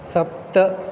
सप्त